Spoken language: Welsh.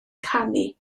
canu